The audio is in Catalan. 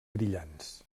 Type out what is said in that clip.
brillants